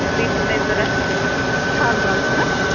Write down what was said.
بیٚیہِ چھُو تۄہہِ ضوٚرَتھ تھال بانہٕ چھُو نا